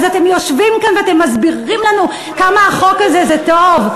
אז אתם יושבים כאן ואתם מסבירים לנו כמה החוק הזה זה טוב?